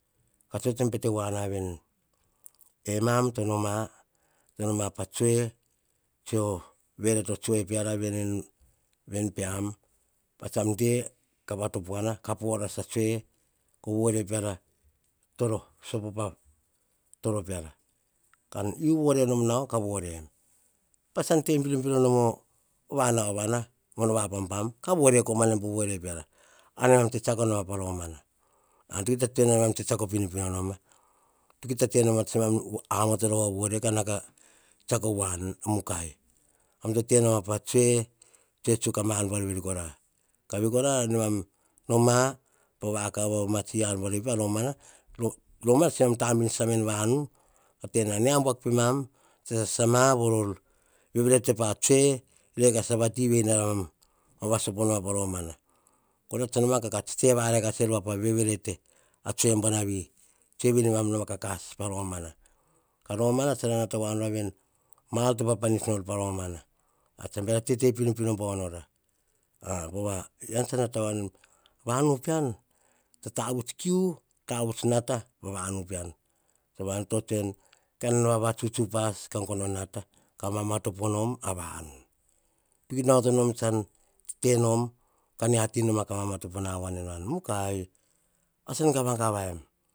Tsoe to bete woa na veni, enam to noma, to nom pa tsoe, tsoe o, ve verete tsue piara veni, ven peam pats tsam de ka va to puana, ka porasa tsue ko vore peara toro so po pa toro peara. Ka yiu. vore nom nau, ka vore yem. Pats tsan te biro biro nom o va nao vana, mono va pam pam ka vore komana naim, po vore peara. Ar ne mam tse tseako nom pa romana. Ar to kita tena na mam tsiako pinopino noma, kita te na tse mam amoto vore ka nao ka tsiako voani, mukai. E mam to te noma tsoe tsuk a ma ar bbuar veri kora. Ka ve kora nemam noma pa vakav veri ama tsi ar buar veri kora. Ka ve kora namam noma, pa vakav ama tsi ar buar veri pa romana, tabin sasama en vanu veti koa ka vakar a mar tsiar veri ka noma. Romana tse mam tabin sasa en vanu, tena mia buak pema tsa sasama ka veverete patsoe rekasa vativi, nemam vavasopo ma. Koria tsa kats noma ka te varaer pa veverete tsoe vi, tsoe vi nenam kas pa romana. Pa romana, tsa ra nata voa nora veni, mar to pa panis nor pa romana. Eria tsa kita tete pino pino bau no ra, pove eyian tsa nata woa nom ven vanu pean, tsa tavuts kiu tavuts nata, pa vanu pean. Sova ne tso tsue nu, kan vavatsuts upas kan gono nata, ka ma ma topo nom a vanu. Kita onoto nom tsan tete nom ka nia ti tsa noma ka mamatopo na voan en vanu mukai ar tsan gava gavaim.